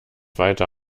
weiter